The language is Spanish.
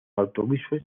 autobuses